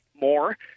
more